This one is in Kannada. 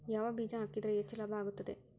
ಯಾವ ಬೇಜ ಹಾಕಿದ್ರ ಹೆಚ್ಚ ಲಾಭ ಆಗುತ್ತದೆ?